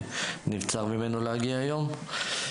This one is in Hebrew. שנבצר ממנו להגיע היום.